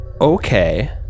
okay